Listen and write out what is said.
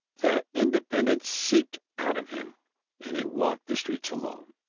the independence seeped out of him and he walked the streets alone,